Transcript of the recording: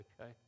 Okay